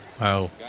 Wow